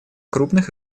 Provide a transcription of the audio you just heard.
крупных